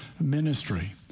ministry